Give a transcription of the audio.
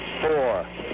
four